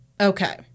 Okay